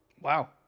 wow